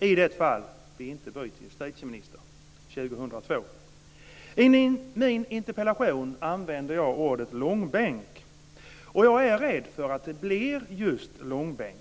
i det fall vi inte byter justitieminister 2002. I min interpellation använder jag ordet långbänk, och jag är rädd för att det blir just långbänk.